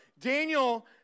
Daniel